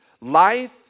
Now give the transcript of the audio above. Life